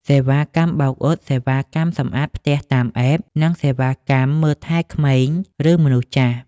សេវាកម្មបោកអ៊ុត សេវាកម្មសម្អាតផ្ទះតាម App, និងសេវាកម្មមើលថែក្មេង ឬមនុស្សចាស់។